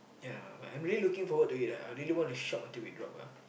ya but I'm really looking forward to it ah I really want to shop until we drop ah